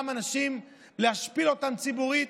להשפיל אותם ציבורית,